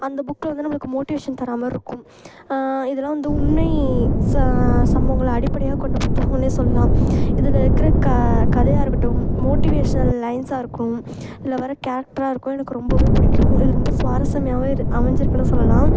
அந்த புக்கு வந்து நம்மளுக்கு மோட்டிவேஷன் தராமாதிரி இருக்கும் இதெல்லாம் வந்து உண்மை ச சம்பவங்களை அடிப்படையாக கொண்ட புத்தகம்னே சொல்லலாம் இதில் இருக்கிற க கதையாக இருக்கட்டும் மோட்டிவேஷ்னல் லைன்ஸாக இருக்கும் இதில் வர கேரக்டராக இருக்கும் எனக்கு ரொம்பவே பிடிக்கும் இது ரொம்ப சுவாரஸ்யமாகவும் அமைஞ்சிருக்குனு சொல்லலாம்